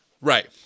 Right